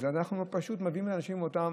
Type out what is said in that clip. אנחנו פשוט מביאים אנשים למותם,